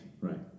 right